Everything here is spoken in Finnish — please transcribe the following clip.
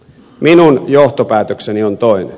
minun johtopäätökseni on toinen